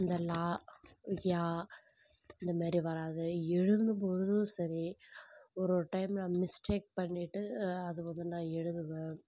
இந்த லா யா இந்த மாரி வராது எழுதும் பொழுதும் சரி ஒருவொரு டைமில் மிஸ்டேக் பண்ணிவிட்டு அது வந்து நான் எழுதுவேன்